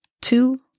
two